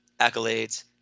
accolades